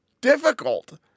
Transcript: difficult